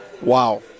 wow